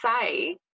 say